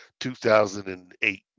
2008